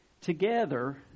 together